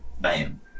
Bam